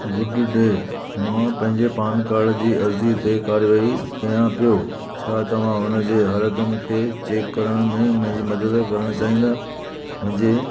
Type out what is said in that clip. good day मां पंहिंजे PAN card जी अर्ज़ी ते कार्यवाही कयां पियो छा तव्हां उन जे हालतुनि खे चेक करण में मुंहिंजी मदद करणु चाहींदा मुंहिंजे